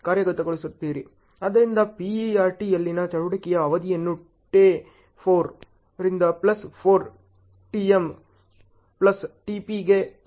ಆದ್ದರಿಂದ PERT ಯಲ್ಲಿನ ಚಟುವಟಿಕೆಯ ಅವಧಿಯನ್ನು ಟೆte 4 ರಿಂದ ಪ್ಲಸ್ 4 ಟಿಎಂtm ಪ್ಲಸ್ ಟಿಪಿಗೆ 6 ರಿಂದ ನೀಡಲಾಗುತ್ತದೆ